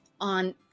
on